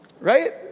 right